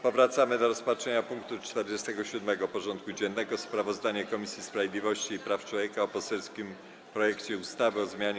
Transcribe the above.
Powracamy do rozpatrzenia punktu 47. porządku dziennego: Sprawozdanie Komisji Sprawiedliwości i Praw Człowieka o poselskim projekcie ustawy o zmianie